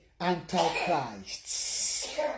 Antichrists